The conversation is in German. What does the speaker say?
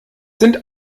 sind